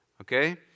Okay